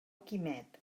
quimet